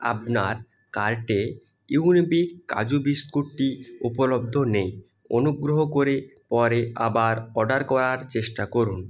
আপনার কার্টে ইউনিবিক কাজুু বিস্কুটটি উপলব্ধ নেই অনুগ্রহ করে পরে আবার অর্ডার করার চেষ্টা করুন